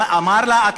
ואמר לה: את